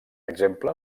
exemple